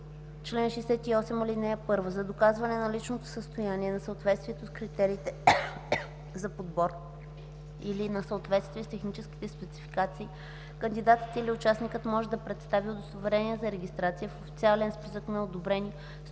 „Чл. 68. (1) За доказване на личното състояние, на съответствието с критериите за подбор или на съответствие с техническите спецификации кандидатът или участникът може да представи удостоверение за регистрация в официален списък на одобрени